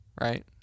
Right